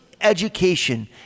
education